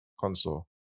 console